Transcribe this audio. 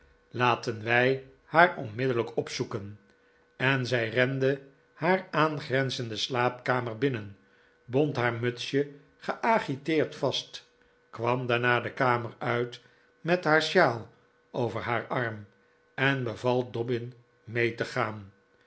laten wij haar onmiddellijk opzoeken en zij rende haar aangrenzende slaapkamer binnen bond haar mutsje geagiteerd vast kwam daarna de kamer uit met haar sjaal over haar arm en beval dobbin mee te gaan